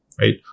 right